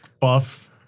buff